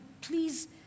please